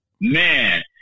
man